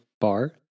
Bar